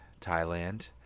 thailand